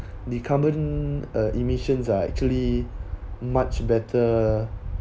the carbon uh emissions are actually much better